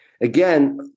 Again